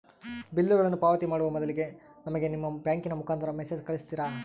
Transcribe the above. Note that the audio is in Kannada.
ಬಿಲ್ಲುಗಳನ್ನ ಪಾವತಿ ಮಾಡುವ ಮೊದಲಿಗೆ ನಮಗೆ ನಿಮ್ಮ ಬ್ಯಾಂಕಿನ ಮುಖಾಂತರ ಮೆಸೇಜ್ ಕಳಿಸ್ತಿರಾ?